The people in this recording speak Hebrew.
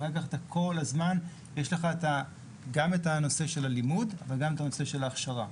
ואחר כך כל הזמן יש לימוד וגם הכשרה.